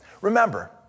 Remember